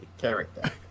Character